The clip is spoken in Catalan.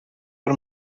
per